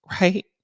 right